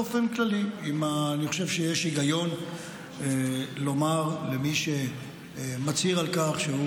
אני חושב שיש היגיון לומר למי שמצהיר על כך שהוא